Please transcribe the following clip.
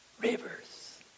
rivers